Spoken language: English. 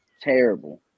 terrible